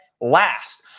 last